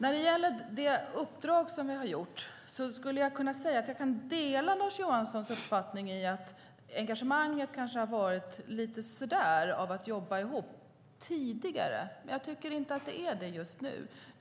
I fråga om det uppdrag som vi har gjort skulle jag kunna säga att jag kan dela Lars Johanssons uppfattning om att engagemanget tidigare kanske har varit lite sisådär för att jobba ihop. Men jag tycker inte att det är det just nu.